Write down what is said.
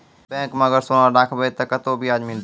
Bank माई अगर सोना राखबै ते कतो ब्याज मिलाते?